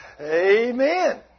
Amen